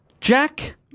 Jack